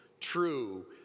true